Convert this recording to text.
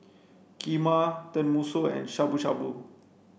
Kheema Tenmusu and Shabu Shabu